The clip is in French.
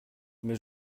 mais